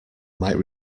might